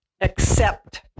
accept